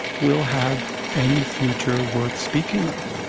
will have any future worth speaking of